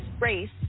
race